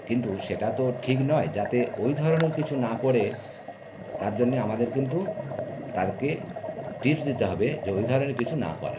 কিন্তু সেটা তো ঠিক নয় যাতে ওই ধরনের কিছু না করে তার জন্য আমাদের কিন্তু তাকে টিপস দিতে হবে যে ওই ধরনের কিছু না করা